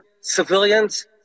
civilians